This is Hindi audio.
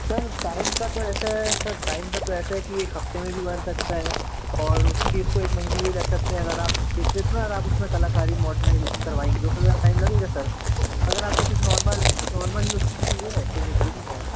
सर टाइम का तो ऐसा है सर टाइम का तो ऐसा है कि एक हफ़्ते में भी बन सकता है और उसी चीज़ को एक महीने भी लग सकते हैं अगर आप जितना ज़्यादा आप उसमें कलाकारी मॉर्डनाइजेशन करवाएँगे उतना ज़्यादा टाइम लगेगा सर अगर आपको सिर्फ़ नॉर्मल नॉर्मल यूज़ के लिए चाहिए तो वो जल्दी हो जाएगा